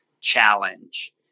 challenge